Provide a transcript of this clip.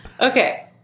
Okay